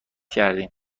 کردیم